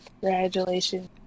Congratulations